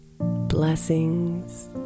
Blessings